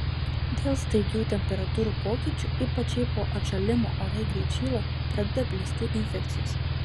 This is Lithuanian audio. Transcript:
dėl staigių temperatūrų pokyčių ypač jei po atšalimo orai greit šyla pradeda plisti infekcijos